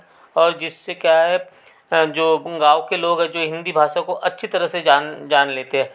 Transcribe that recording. और जिससे क्या है जो गाँव के लोग हैं जो हिंदी भाषा को अच्छी तरह से जान लेते हैं